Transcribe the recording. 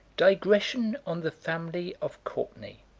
digression on the family of courtenay.